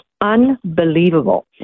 Unbelievable